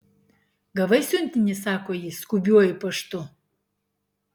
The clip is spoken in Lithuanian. gavai siuntinį sako ji skubiuoju paštu